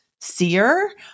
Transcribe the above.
seer